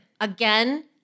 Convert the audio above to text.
again